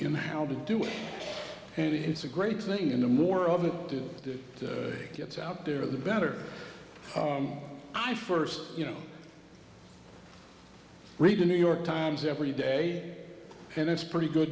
in how to do it and it's a great thing and the more of it to do gets out there the better i first you know read the new york times every day and it's pretty good